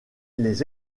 les